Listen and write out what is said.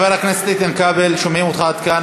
חבר הכנסת איתן כבל, שומעים אותך עד כאן.